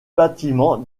bâtiments